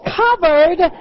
covered